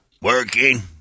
Working